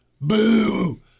Boo